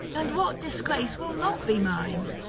and what disgrace will not be mine?